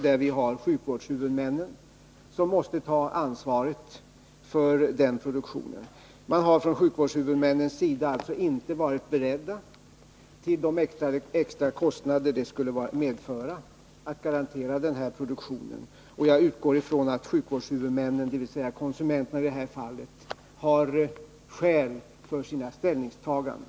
Det är sjukvårdshuvudmännen som måste ta ansvaret för produktionen. Sjukvårdshuvudmännen har emellertid inte varit beredda att garantera den här produktionen till de extra kostnader den skulle komma att medföra, och jag utgår från att sjukvårdshuvudmännen, d.v.s. i det här fallet konsumenterna, har skäl för sina ställningstaganden.